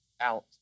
out